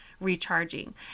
recharging